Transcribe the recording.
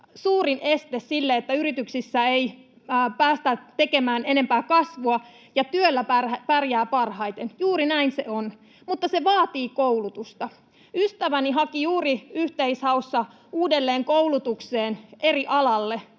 suurin este sille, että yrityksissä ei päästä tekemään enempää kasvua, ja työllä pärjää parhaiten. Juuri näin se on, mutta se vaatii koulutusta. Ystäväni haki juuri yhteishaussa uudelleenkoulutukseen eri alalle